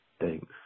Thanks